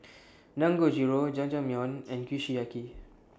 Dangojiru Jajangmyeon and Kushiyaki